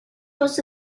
was